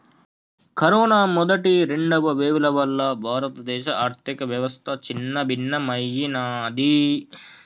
corona మొదటి, రెండవ వేవ్ల వల్ల భారతదేశ ఆర్ధికవ్యవస్థ చిన్నాభిన్నమయ్యినాది